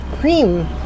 cream